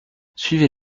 suivez